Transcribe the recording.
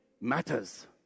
matters